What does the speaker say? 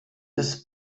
des